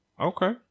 Okay